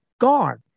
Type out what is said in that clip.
gone